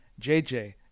jj